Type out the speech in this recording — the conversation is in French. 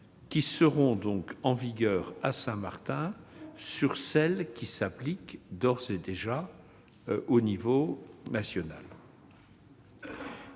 qui seront en vigueur à Saint-Martin sur celles qui s'appliquent d'ores et déjà à l'échelon national.